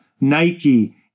Nike